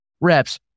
Reps